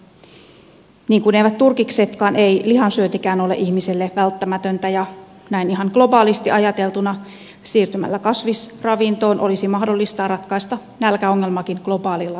niin kuin eivät turkiksetkaan ei lihansyöntikään ole ihmiselle välttämätöntä ja näin ihan globaalisti ajateltuna siirtymällä kasvisravintoon olisi mahdollista ratkaista nälkäongelmakin globaalilla tasolla